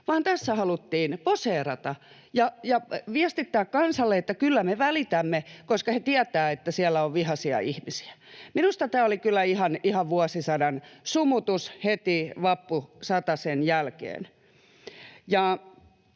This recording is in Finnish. tässä haluttiin poseerata ja viestittää kansalle, että kyllä me välitämme, koska he tietävät, että siellä on vihaisia ihmisiä. Minusta tämä oli kyllä ihan vuosisadan sumutus heti vappusatasen jälkeen.